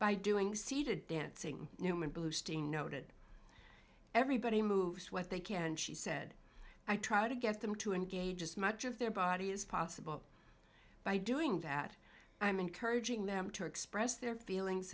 by doing seated dancing newman boosting noted everybody moves what they can she said i try to get them to engage as much of their body as possible by doing that i'm encouraging them to express their feelings